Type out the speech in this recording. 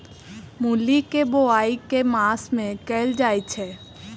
मूली केँ बोआई केँ मास मे कैल जाएँ छैय?